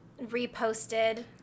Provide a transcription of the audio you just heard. reposted